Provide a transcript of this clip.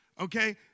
Okay